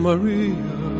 Maria